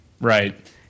right